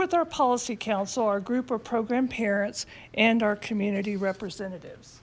with our policy counsel our group or program parents and our community representatives